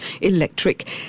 electric